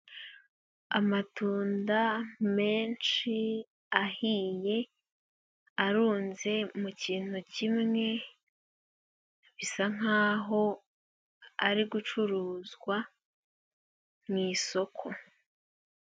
Amatunda menshi ahiye, arunze mu kintu kimwe, bisa nk'aho ari gucuruzwa mu isoko.